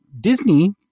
Disney